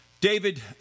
David